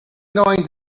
going